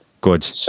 good